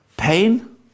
pain